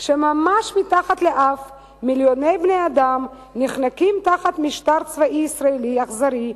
כשממש מתחת לאף מיליוני בני-אדם נחנקים תחת משטר צבאי ישראלי אכזרי,